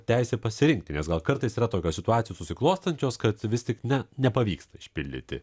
teisė pasirinkti nes gal kartais yra tokios situacijos susiklostančios kad vis tik ne nepavyksta išpildyti